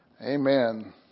Amen